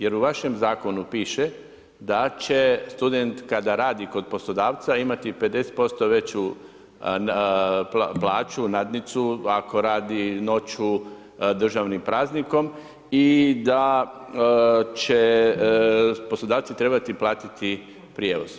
Jer u vašem zakonu piše da će student koji radi kod poslodavca imati 50% veću plaću, nadnicu ako radi noću, državnim praznikom i da će poslodavci trebati pratiti prijevoz.